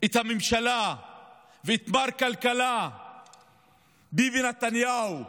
את הממשלה ואת מר כלכלה ביבי נתניהו,